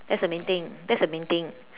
that's the main thing that's the main thing